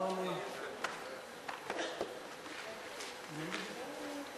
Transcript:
תספור לי את הדקות שאני, אני, אתה רואה,